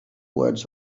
words